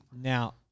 Now